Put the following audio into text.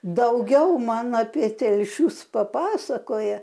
daugiau man apie telšius papasakoja